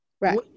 Right